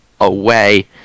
away